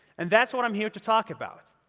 and that's what i'm here to talk about.